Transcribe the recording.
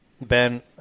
Ben